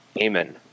Amen